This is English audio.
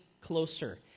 closer